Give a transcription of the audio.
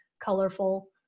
colorful